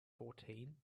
fourteen